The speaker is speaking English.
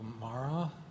Mara